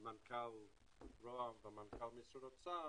מנכ"ל ראש הממשלה ומנכ"ל משרד האוצר